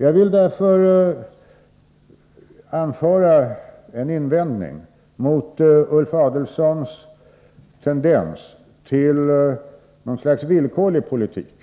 Jag vill också invända mot Ulf Adelsohns tendens till något slags villkorlig politik.